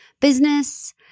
business